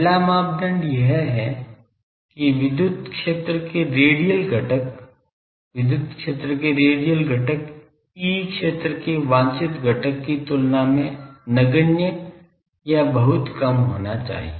पहला मापदंड यह है कि विद्युत क्षेत्र के रेडियल घटक विद्युत क्षेत्र के रेडियल घटक E क्षेत्र के वांछित घटक की तुलना में नगण्य या बहुत कम होना चाहिए